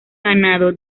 ganado